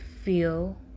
feel